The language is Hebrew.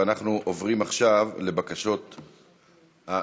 אנחנו עוברים עכשיו לבקשות, מה,